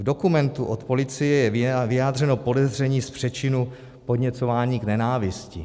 V dokumentu od policie je vyjádřeno podezření z přečinu podněcování k nenávisti.